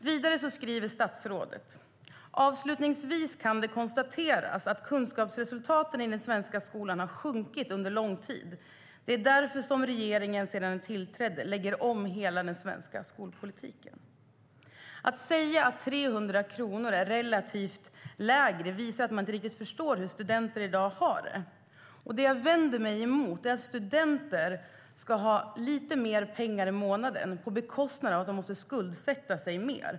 Vidare skriver statsrådet: "Avslutningsvis kan det konstateras att kunskapsresultaten i den svenska skolan har sjunkit under lång tid. Det är därför som regeringen sedan den tillträdde lägger om hela den svenska skolpolitiken." Att säga att 300 kronor är relativt lägre visar att man inte riktigt förstår hur studenter i dag har det. Det jag vänder mig mot är att studenter ska ha lite mer pengar i månaden på bekostnad av att de måste skuldsätta sig mer.